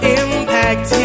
impact